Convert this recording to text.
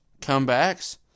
Comebacks